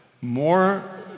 more